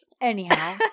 Anyhow